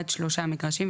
עד שלושה מגרשים,